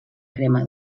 crema